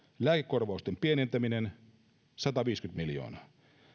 lääkekorvausten pienentäminen sataviisikymmentä miljoonaa